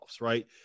right